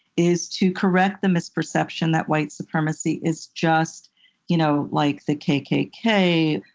is to correct the misperception that white supremacy is just you know like the kkk,